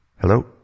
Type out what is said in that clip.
Hello